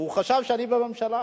הוא חשב שאני בממשלה.